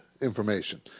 information